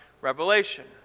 revelation